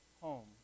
home